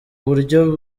buryo